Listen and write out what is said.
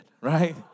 right